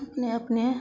अपने अपने